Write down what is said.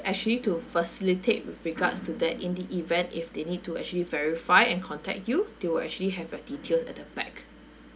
actually to facilitate with regards to that in the event if they need to actually verify and contact you they will actually have the details at the back